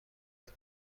است